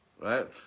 right